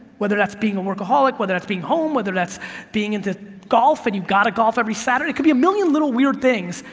whether that's being a workaholic, whether that's being home, whether that's being into golf, and you've got to golf every saturday, it can be a million little weird things.